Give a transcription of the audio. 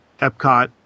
epcot